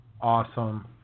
awesome